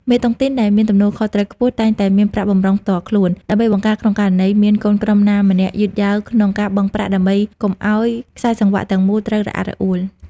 មេតុងទីនដែលមានទំនួលខុសត្រូវខ្ពស់ តែងតែមាន "ប្រាក់បម្រុងផ្ទាល់ខ្លួន" ដើម្បីបង្ការក្នុងករណីមានកូនក្រុមណាម្នាក់យឺតយ៉ាវក្នុងការបង់ប្រាក់ ដើម្បីកុំឱ្យខ្សែសង្វាក់ទាំងមូលត្រូវរអាក់រអួល។